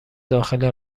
داخل